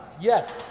Yes